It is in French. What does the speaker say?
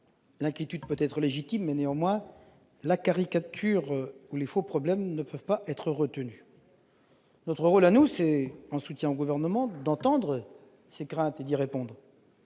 inquiétude peut-être légitime ; néanmoins, la caricature et les faux problèmes ne peuvent pas être retenus. Quant à nous, notre rôle, en soutien au Gouvernement, est d'entendre ces craintes et d'y répondre.